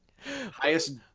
Highest